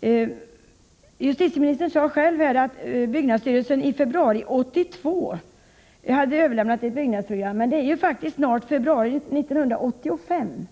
till stånd. Justitieministern sade själv att byggnadsstyrelsen i februari 1982 hade överlämnat ett byggnadsprogram. Nu är det snart februari 1985.